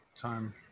time